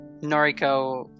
Noriko